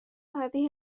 هذه